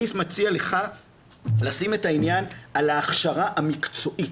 אני מציע לך לשים את העניין על ההכשרה המקצועית,